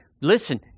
listen